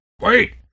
Wait